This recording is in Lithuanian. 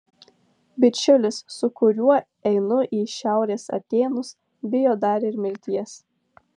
bičiulis su kuriuo einu į šiaurės atėnus bijo dar ir mirties